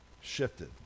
shifted